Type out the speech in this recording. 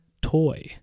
toy